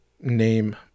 name